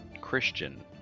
Christian